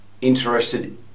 interested